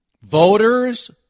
Voters